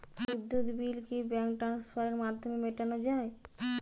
বিদ্যুৎ বিল কি ব্যাঙ্ক ট্রান্সফারের মাধ্যমে মেটানো য়ায়?